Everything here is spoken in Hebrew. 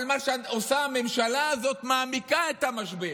אבל מה שעושה הממשלה הזאת, היא מעמיקה את המשבר.